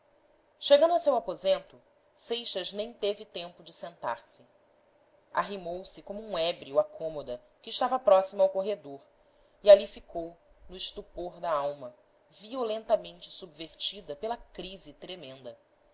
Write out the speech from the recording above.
chegando a seu aposento seixas nem teve tempo de sentar-se arrimou se como um ébrio à cômoda que estava próxima ao corredor e ali ficou no estupor da alma violentamente subvertida pela crise tremenda